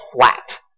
flat